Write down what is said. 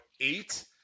eight